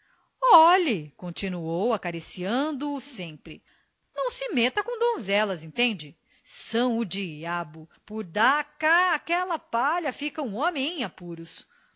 olhe continuou acariciando o sempre não se meta com donzelas entende são o diabo por dá cá aquela palha fica um homem em apuros